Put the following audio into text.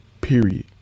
Period